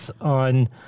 on